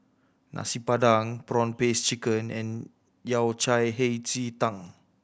Nasi Padang prawn paste chicken and Yao Cai Hei Ji Tang